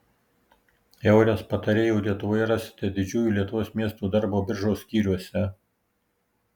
eures patarėjų lietuvoje rasite didžiųjų lietuvos miestų darbo biržos skyriuose